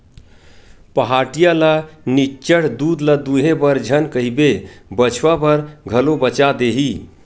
पहाटिया ल निच्चट दूद ल दूहे बर झन कहिबे बछवा बर घलो बचा देही